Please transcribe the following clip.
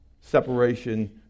separation